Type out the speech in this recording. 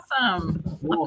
Awesome